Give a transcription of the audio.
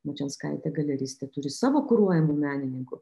mačianskaitė galeristė turi savo kuruojamų menininkų